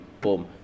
Boom